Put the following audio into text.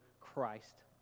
Christ